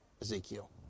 Ezekiel